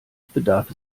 bedarf